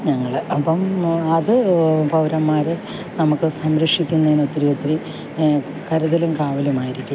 ഞങ്ങൾ അപ്പം അത് പൗരന്മാർ നമുക്ക് സംരക്ഷിക്കുന്നതിന് ഒത്തിരി ഒത്തിരി കരുതലും കാവലും ആയിരിക്കും